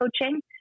coaching